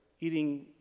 eating